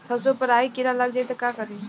सरसो पर राही किरा लाग जाई त का करी?